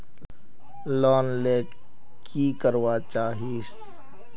Loan ले की करवा चाहीस?